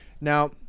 Now